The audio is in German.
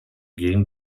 gegen